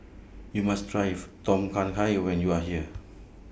YOU must Try Tom Kha Gai when YOU Are here